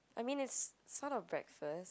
I mean it's sort of breakfast